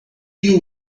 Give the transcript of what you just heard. you